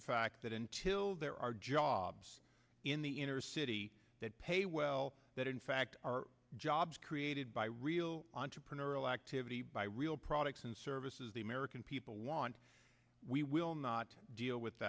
the fact that until there are jobs in the inner city that well that in fact are jobs created by real entrepreneurial activity by real products and services the american people want we will not deal with